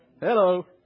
Hello